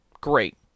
Great